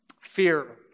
Fear